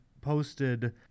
posted